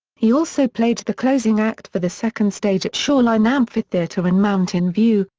he also played the closing act for the second stage at shoreline amphitheatre in mountain view,